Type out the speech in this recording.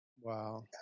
Wow